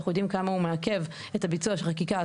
אנחנו יודעים כמה הוא מעכב את הביצוע של החקיקה.